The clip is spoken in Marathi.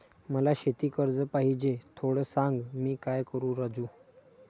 मला शेती कर्ज पाहिजे, थोडं सांग, मी काय करू राजू?